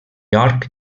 york